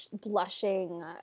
blushing